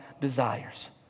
desires